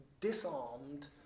disarmed